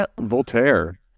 Voltaire